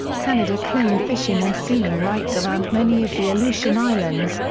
canada claimed fishing and sealing rights around many of the aleutian islands,